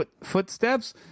footsteps